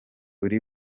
uri